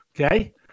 Okay